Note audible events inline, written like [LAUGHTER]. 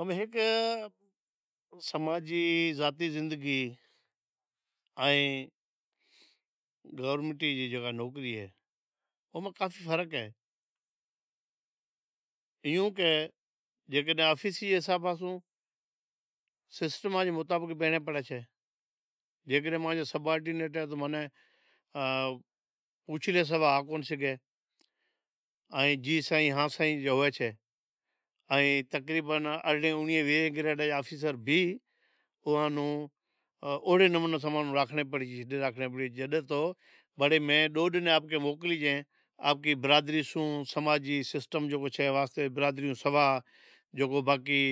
امیں ہیک سماجی ذاتی زندگی ائیں گورمینٹ جی جیکا نوکری اہے اوئے ماں کافی فرق اے، ایئوں [HESITATION] کہ جیکڈنہں آفیسری جے حساباں سوں سسٹم جے مطابق پہریاں پڑہانچے جیکڈنہں مانجا سب آرڈینیٹ اہیں تو مانجے پوچھنڑے شوا آگو نیں سگھے آن جی سائیں ہا سائیں کہے چھے ائیں تقریبن ارڑہیں اونڑیہیں ویہیں گریڈ رے آفیسر ری اوئاں نوں اوہڑے نمونے سیں راکھنڑی پڑیسے جڈنہں تو [UNINTELLIGIBLE] آپ جی برادری چھوں جیکو سماجی سسٹم چھے برادری روں سوا جیکو باقی